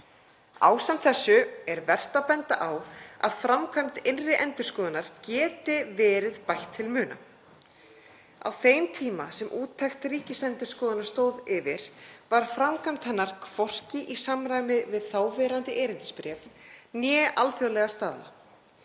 Ásamt þessu er vert að benda á að framkvæmd innri endurskoðunar geti verið bætt til muna. Á þeim tíma sem úttekt Ríkisendurskoðunar stóð yfir var framkvæmd hennar hvorki í samræmi við þáverandi erindisbréf né alþjóðlega staðla.